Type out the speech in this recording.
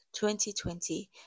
2020